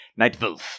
Nightwolf